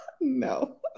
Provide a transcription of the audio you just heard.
no